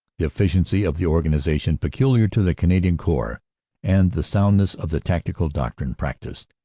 the efficiency of the organization peculiar to the canadian corps and the soundness of the tactical doctrine practised,